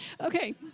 okay